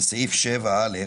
בסעיף 7(א):